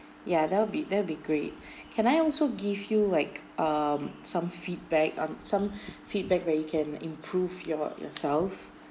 yeah that'll be that'll be great can I also give you like um some feedback um some feedback that you can improve your yourselves